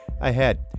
Ahead